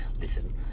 listen